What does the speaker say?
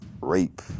rape